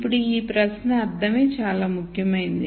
ఇప్పుడు ఈ ప్రశ్న అర్ధమే చాలా ముఖ్యమైనది